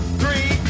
three